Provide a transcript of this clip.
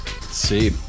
See